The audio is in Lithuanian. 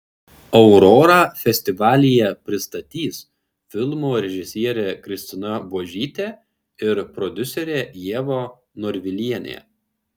aurorą festivalyje pristatys filmo režisierė kristina buožytė ir prodiuserė ieva norvilienė